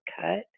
cut